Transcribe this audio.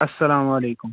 السلام علیکُم